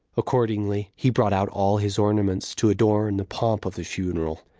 accordingly, he brought out all his ornaments to adorn the pomp of the funeral.